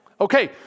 Okay